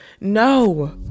No